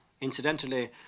Incidentally